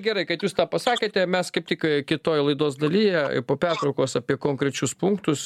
gerai kad jūs tą pasakėte mes kaip tik kitoj laidos dalyje po pertraukos apie konkrečius punktus